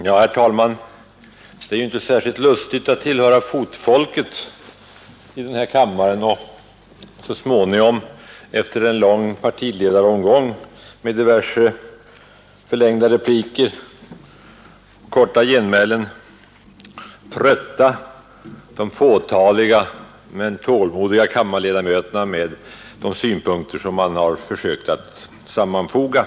Herr talman! Det är inte särskilt lustigt att tillhöra fotfolket i denna kammare och så småningom efter en lång partiledaromgång med diverse 85 förlängda repliker och korta genmälen trötta de fåtaliga men tålmodiga kammarledamöterna med de synpunkter man har försökt sammanfoga.